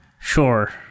Sure